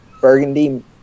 Burgundy